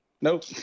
Nope